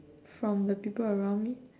from the people around me